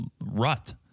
rut